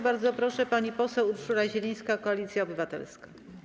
Bardzo proszę, pani poseł Urszula Zielińska, Koalicja Obywatelska.